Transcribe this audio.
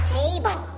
table